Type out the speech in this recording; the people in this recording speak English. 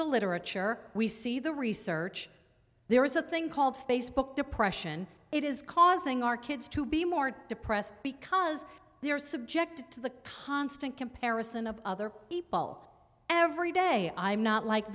literature we see the research there is a thing called facebook depression it is causing our kids to be more depressed because they are subject to the constant comparison of other people every day i'm not like